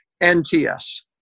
NTS